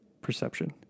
perception